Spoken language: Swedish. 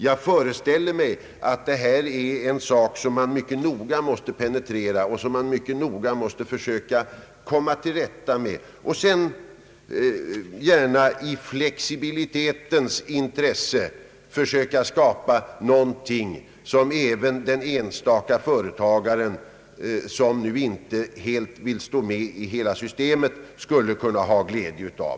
Jag föreställer mig att detta är en fråga som man mycket noga måste penetrera och försöka komma till rätta med och sedan bör man gärna i flexibilitetens intresse försöka skapa någonting som även den enstaka företagaren som inte helt vill stå med i systemet skulle kunna ha glädje av.